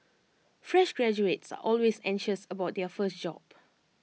fresh graduates are always anxious about their first job